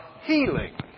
healing